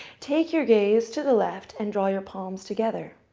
take your gaze to the left, and draw your palms together.